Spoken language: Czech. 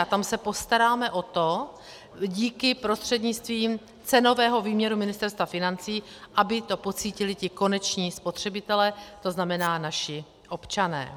A tam se postaráme o to, díky, prostřednictvím cenového výměru Ministerstva financí, aby to pocítili ti koneční spotřebitelé, to znamená naši občané.